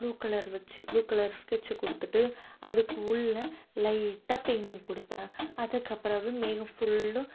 blue colour வச்சு blue colour sketch கொடுத்துட்டு அதுக்கு உள்ள லைட்டாக பெயிண்டிங் கொடுப்பேன் அதுக்குப்பிறவு மேகம் ஃபுல்லும்